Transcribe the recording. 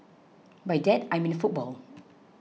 by that I mean football